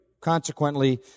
consequently